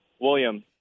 William